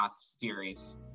series